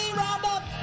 roundup